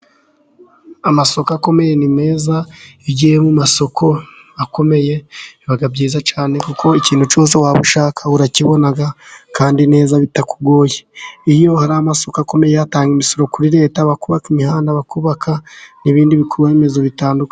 Amasoko akomeye ni meza. Iyo ugiye mu masoko akomeye biba byiza cyane, kuko ikintu cyose waba ushaka urakibona kandi neza bitakugoye. Iyo hari amasoko akomeye, atanga imisoro kuri Leta ikubaka imihanda bakubaka n'ibindi bikorwaremezo bitandukanye.